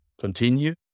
continue